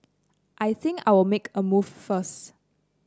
I think I'll make a move first